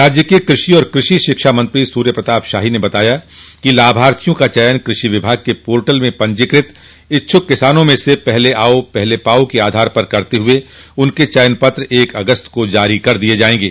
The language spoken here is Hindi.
प्रदेश के कृषि एवं कृषि शिक्षा मंत्री सूर्य प्रताप शाही ने बताया कि लाभार्थियों का चयन कृषि विभाग के पोर्टल में पंजीकृत इच्छुक किसानों में से पहले आओ पहले पाओ के आधार पर करते हुए उनके चयन पत्र एक अगस्त को जारी कर दिए जाएंगे